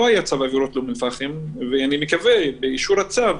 לא היה צו עבירות באום אל פאחם ואני מקווה שבאישור הצו